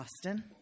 Austin